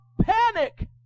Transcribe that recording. panic